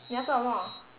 你要做什么